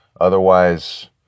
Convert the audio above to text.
Otherwise